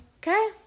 Okay